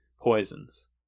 poisons